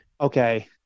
okay